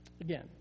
Again